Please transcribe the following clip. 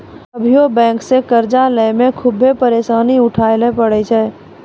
अभियो बेंक से कर्जा लेय मे खुभे परेसानी उठाय ले परै छै